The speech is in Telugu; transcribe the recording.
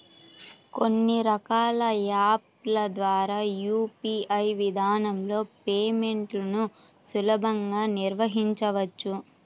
కొన్ని రకాల యాప్ ల ద్వారా యూ.పీ.ఐ విధానంలో పేమెంట్లను సులభంగా నిర్వహించవచ్చు